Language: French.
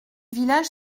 village